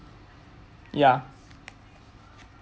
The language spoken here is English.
ya